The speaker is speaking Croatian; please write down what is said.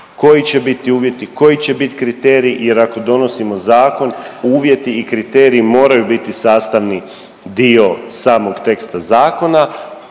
koji će biti uvjeti, koji će bit kriteriji jer ako donosimo zakon uvjeti i kriteriji moraju biti sastavni dio samog teksta zakona